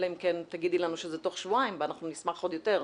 אלא אם כן תגידי לנו שזה תוך שבועיים ואנחנו נשמח עוד יותר,